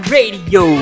Radio